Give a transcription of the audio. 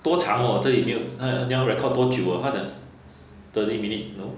多长 oh 这 email 它要 record 多久它的 thirty minutes oh